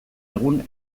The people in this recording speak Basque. egun